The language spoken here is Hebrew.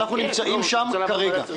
אנחנו נמצאים שם כרגע.